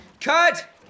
Cut